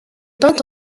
peinte